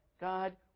God